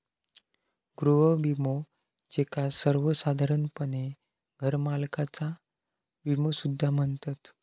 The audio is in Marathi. गृह विमो, ज्याका सर्वोसाधारणपणे घरमालकाचा विमो सुद्धा म्हणतत